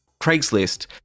Craigslist